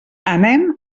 anem